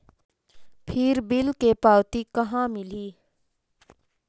फिर बिल के पावती कहा मिलही?